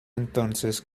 entonces